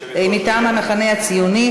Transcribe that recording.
מטעם המחנה הציוני,